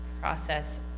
process